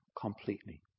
completely